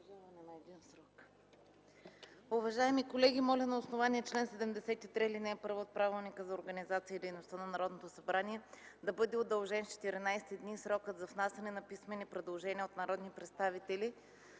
Уважаеми колеги, моля на основание чл. 73, ал. 1 от Правилника за организацията и дейността на Народното събрание да бъде удължен с 14 дни срокът за внасяне на писмени предложения от народни представители